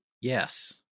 Yes